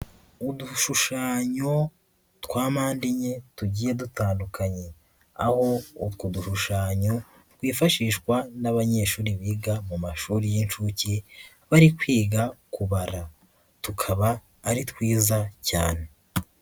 Udushushanyo twa mdeenye tugiye dutandukanye, aho utwo dushushanyo twifashishwa n'abanyeshuri biga mu mashuri y'inshuke bari kwiga kubara, tukaba ari twiza cyane.